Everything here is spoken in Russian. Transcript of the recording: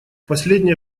последнее